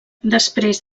després